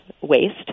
waste –